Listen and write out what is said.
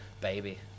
baby